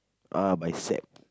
ah bicep